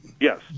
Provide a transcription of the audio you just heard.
Yes